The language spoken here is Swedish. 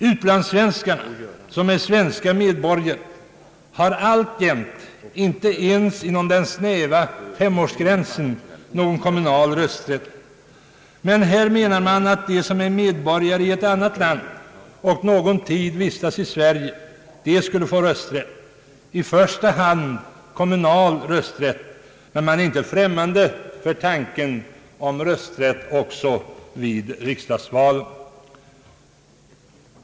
Utlandssvenskarna som är svenska medborgare har alltjämt inte ens inom den snäva femårsgränsen någon kommunal rösträtt, men här menar man att personer som är medborgare i ett annat land och någon tid vistats i Sverige skulle få rösträtt, i första hand kommunal rösträtt, men man är inte främmande för tanken på rösträtt också vid riksdagsvalen.